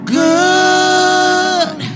good